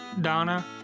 donna